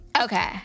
Okay